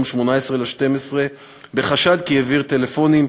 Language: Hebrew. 18 בדצמבר 2016 בחשד כי העביר טלפונים,